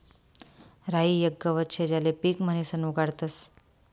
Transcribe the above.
राई येक गवत शे ज्याले पीक म्हणीसन उगाडतस